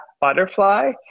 butterfly